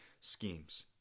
schemes